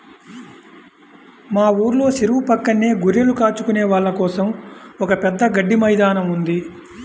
మా ఊర్లో చెరువు పక్కనే గొర్రెలు కాచుకునే వాళ్ళ కోసం ఒక పెద్ద గడ్డి మైదానం ఉంది